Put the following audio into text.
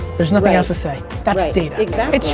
there's nothing else to say. that's data.